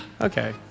Okay